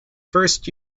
first